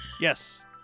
Yes